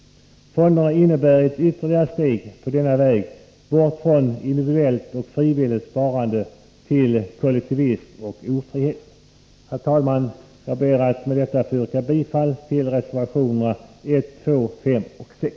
Fonderna innebär ett ytterligare steg på denna väg bort från individuellt och frivilligt sparande till kollektivism och ofrihet. Herr talman! Jag ber med detta att få yrka bifall till reservationerna 1,2,5 och 6.